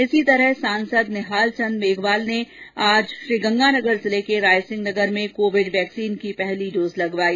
इसी तरह सांसद निहालचंद मेघवाल ने आज श्रीगंगानगर जिले के रायसिंहनगर में कोविड वैक्सीन की पहली डोज लगवाई